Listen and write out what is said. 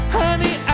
honey